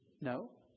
No